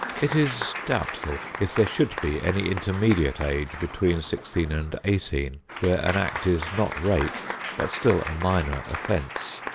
it is doubtful if there should be any intermediate age between sixteen and eighteen, where an act is not rape but still a minor offence.